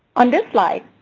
on this slide,